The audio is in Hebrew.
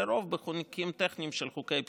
אלא לרוב בחוקים טכניים של חוקי בחירות.